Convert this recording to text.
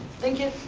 thank you.